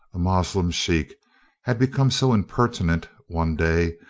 a moslem sheikh had become so impertinent one day,